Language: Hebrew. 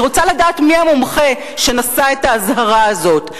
אני רוצה לדעת מי המומחה שנשא את האזהרה הזו.